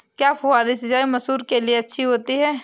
क्या फुहारी सिंचाई मसूर के लिए अच्छी होती है?